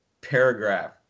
paragraph